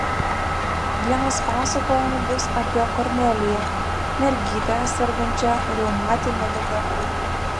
vienas pasakojimų bus apie korneliją mergytę sergančią reumatine liga